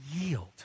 yield